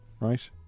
Right